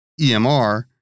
EMR